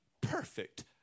perfect